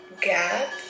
gap